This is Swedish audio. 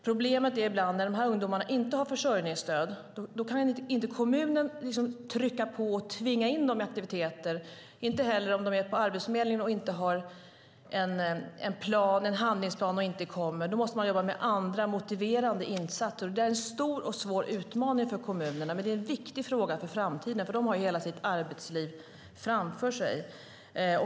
Problemet är ibland att när dessa ungdomar inte har försörjningsstöd kan kommunen inte trycka på och tvinga in dem i aktiviteter och inte heller om de är på Arbetsförmedlingen och inte har en handlingsplan och inte kommer. Då måste man jobba med andra motiverande insatser. Det är en stor och svår utmaning för kommunerna. Men det är en viktig fråga för framtiden eftersom dessa ungdomar har hela sitt arbetsliv framför sig.